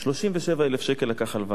37,000 שקל לקח הלוואה.